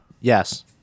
Yes